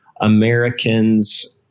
Americans